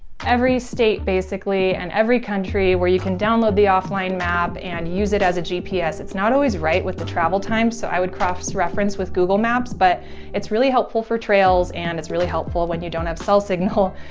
every state basically and every country where you can download the offline map and use it as a gps. it's not always right with the travel time so i would cross reference with google maps, but it's really helpful for trails, and it's really helpful when you don't have cell signal,